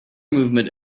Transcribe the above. movement